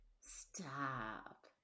Stop